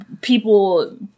people